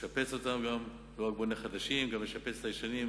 גם בונה חדשים וגם משפץ את הישנים,